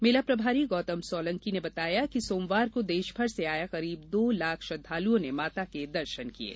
मेला प्रभारी गौतम सोलंकी ने बताया है कि सोमवार को देशभर से आये करीब दो लाख श्रद्वालुओं ने माता के दर्शन किये